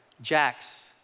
Jacks